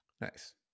Nice